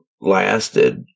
lasted